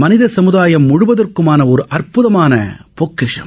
மளித சமுதாயம் முழுமைக்குமான ஒரு அற்புதமான பொக்கிஷம்